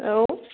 औ